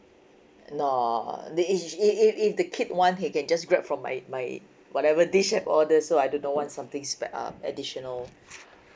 no the if if if if the kid want they can just grab from my my whatever dish have ordered so I do not want something spe~ uh additional